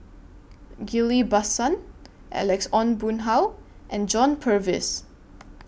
Ghillie BaSan Alex Ong Boon Hau and John Purvis